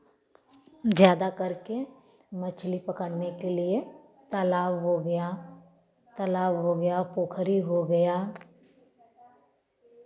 ज़्यादा करके मछली पकड़ने के लिए तलाव हो गया तलाव हो गया पोखरी हो गया